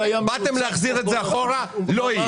באתם להחזיר את זה אחורה לא יהיה.